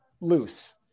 loose